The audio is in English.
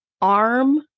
arm